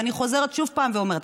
ואני חוזרת שוב פעם ואומרת,